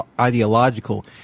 ideological